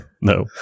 No